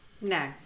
No